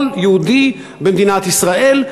כל יהודי במדינת ישראל,